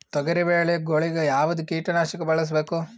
ತೊಗರಿಬೇಳೆ ಗೊಳಿಗ ಯಾವದ ಕೀಟನಾಶಕ ಬಳಸಬೇಕು?